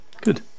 good